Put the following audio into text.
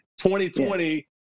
2020